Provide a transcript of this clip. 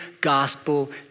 gospel